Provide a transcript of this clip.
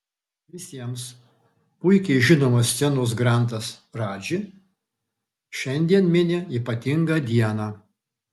visiems puikiai žinomas scenos grandas radži šiandien mini ypatingą dieną